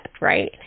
right